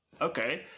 Okay